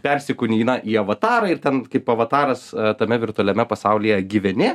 persikūnyji na į avatarą ir ten kaip avataras tame virtualiame pasaulyje gyveni